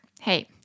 hey